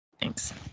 Thanks